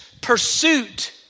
pursuit